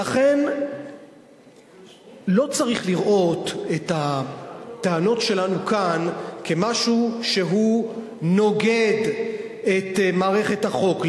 לכן לא צריך לראות את הטענות שלנו כאן כמשהו שנוגד את מערכת החוק,